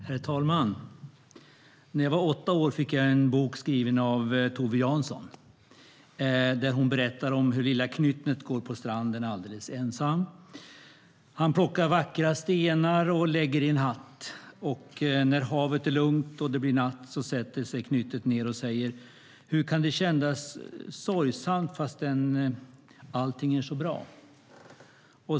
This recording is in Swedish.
Herr talman! När jag var åtta år fick jag en bok som är skriven av Tove Jansson. Hon berättar hur det lilla knyttet går på stranden alldeles ensam. Han plockar vackra stenar och lägger i en hatt, och när havet blir lugnt och det blir natt sätter sig knyttet ned och frågar sig: Hur kan det kännas sorgesamt fast allting är så bra?